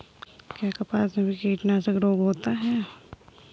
क्या कपास में भी कीटनाशक रोग होता है?